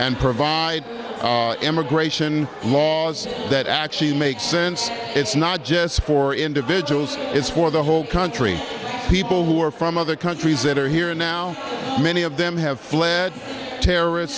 and provide immigration laws that actually make sense it's not just for individuals it's for the whole country people who are from other countries that are here now many of them have fl